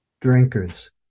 drinkers